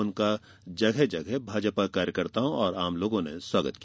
उनका जगह जगह भाजपा कार्यकर्ताओं और आम लोगों ने स्वागत किया